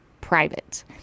private